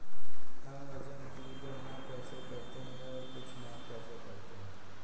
हम वजन की गणना कैसे करते हैं और कुछ माप कैसे करते हैं?